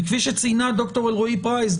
וכפי שציינה ד"ר אלרעי פרייס,